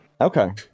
okay